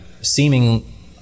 seeming